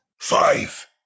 Five